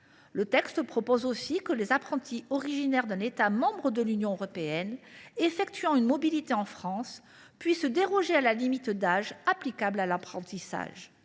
L’article 2 a pour objet que les apprentis originaires d’un État membre de l’Union européenne effectuant une mobilité en France puissent déroger à la limite d’âge applicable à l’apprentissage.